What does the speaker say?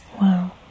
Wow